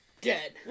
dead